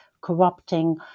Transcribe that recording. corrupting